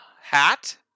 Hat